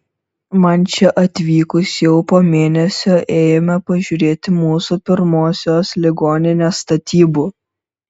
man čia atvykus jau po mėnesio ėjome pažiūrėti mūsų pirmosios ligoninės statybų